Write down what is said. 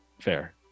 Fair